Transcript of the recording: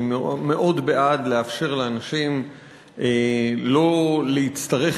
אני מאוד בעד לאפשר לאנשים שלא להצטרך